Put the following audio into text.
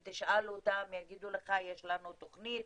אם תשאל אותם הם יגידו לך שיש להם תוכנית